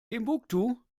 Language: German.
timbuktu